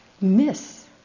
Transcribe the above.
miss